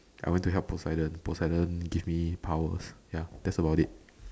I went to help Poseidon Poseidon give me powers ya that's about it